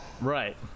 right